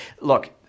look